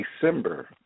December